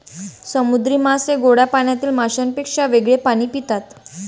समुद्री मासे गोड्या पाण्यातील माशांपेक्षा वेगळे पाणी पितात